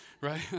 right